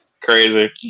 crazy